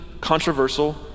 controversial